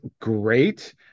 great